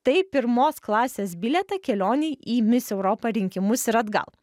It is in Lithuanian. tai pirmos klasės bilietą kelionei į mis europą rinkimus ir atgal